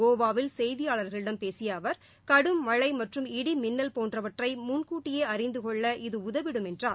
கோவாவில் செய்தியாளர்களிடம் பேசிய அவர் கடும் மழை மற்றும் இடி மின்னல் போன்றவற்றை முன்கூட்டியே அறிந்து கொள்ள இது உதவிடும் என்றார்